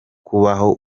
kubaho